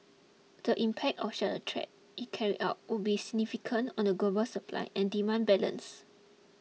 the impact of such a threat if carried out would be significant on the global supply and demand balance